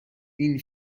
این